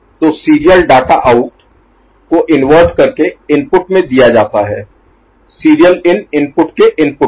तो serial data out को invert करके इनपुट में दिया जाता है सीरियल इन इनपुट के इनपुट में